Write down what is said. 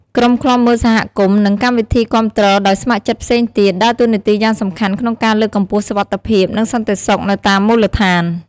ក្រុមឃ្លាំមើលសហគមន៍ និងកម្មវិធីគាំទ្រដោយស្ម័គ្រចិត្តផ្សេងទៀត ដើរតួនាទីយ៉ាងសំខាន់ក្នុងការលើកកម្ពស់សុវត្ថិភាព និងសន្តិសុខនៅតាមមូលដ្ឋាន។